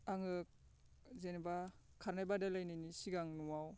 आङो जेनेबा खारनाय बादायलायनायनि सिगां न'आव